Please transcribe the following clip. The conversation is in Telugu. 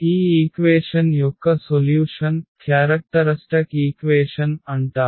ఈ ఈక్వేషన్ యొక్క సొల్యూషన్ లక్షణ సమీకరణం అంటారు